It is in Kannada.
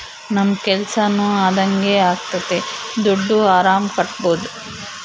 ನಮ್ ಕೆಲ್ಸನೂ ಅದಂಗೆ ಆಗ್ತದೆ ದುಡ್ಡು ಆರಾಮ್ ಕಟ್ಬೋದೂ